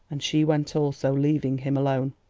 and she went also, leaving him alone.